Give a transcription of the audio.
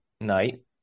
night